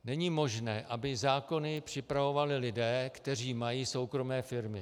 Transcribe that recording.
Není možné, aby zákony připravovali lidé, kteří mají soukromé firmy.